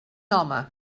home